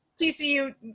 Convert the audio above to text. TCU